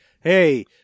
hey